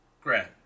Grant